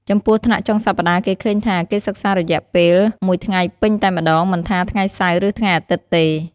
ចំំពោះថ្នាក់់ចុងសប្ដាហ៍គេឃើញថា គេសិក្សារយៈពេលមួយថ្ងៃពេញតែម្តង មិនថាថ្ងៃសៅរ៍ ឬថ្ងៃអាទិត្យទេ។